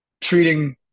treating